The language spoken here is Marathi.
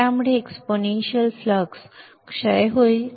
त्यामुळे एक्सपोनेन्शियल फ्लक्स क्षय होईल